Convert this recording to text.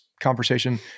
conversation